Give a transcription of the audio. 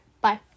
Bye